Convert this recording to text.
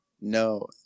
No